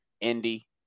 Indy